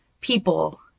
people